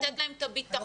לתת להם את הביטחון.